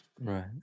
right